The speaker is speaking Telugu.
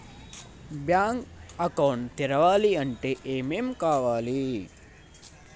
బ్యాంక్ అకౌంట్ తెరవాలంటే ఏమేం కావాలి?